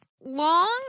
long